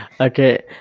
okay